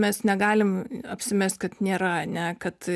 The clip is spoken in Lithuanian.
mes negalim apsimest kad nėra ane kad